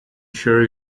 sure